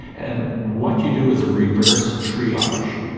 and what you do is a reverse triage.